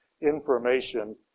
information